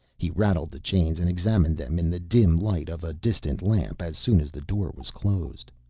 he rattled the chains and examined them in the dim light of a distant lamp as soon as the door was closed.